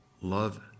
love